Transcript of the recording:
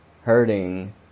Hurting